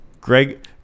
Greg